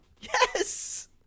Yes